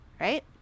right